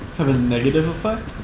have a negative effect?